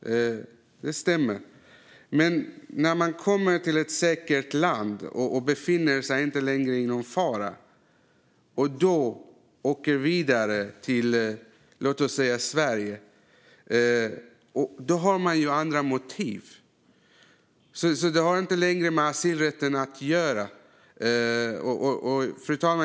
Det stämmer, men när man kommer till ett säkert land och inte längre befinner sig i någon fara och sedan åker vidare till låt oss säga Sverige har man ju andra motiv. Det har inte längre med asylrätten att göra.